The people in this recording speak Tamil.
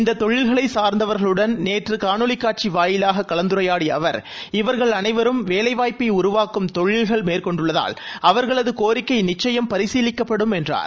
இந்த தொழில்களை சார்ந்தவர்களுடன் நேற்று காணொலி காட்சி வாயிலாக கலந்துரையாடிய அவர் இவர்கள் அனைவரும் வேலைவாய்ப்பை உருவாக்கும் தொழில்களை மேற்கொண்டுள்ளதால் அவர்களது கோரிக்கை நிச்சயம் பரிசீலிக்கப்படும் என்றார்